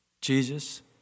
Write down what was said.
Jesus